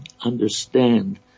understand